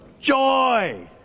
Joy